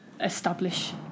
establish